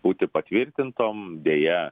būti patvirtintom deja